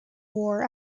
war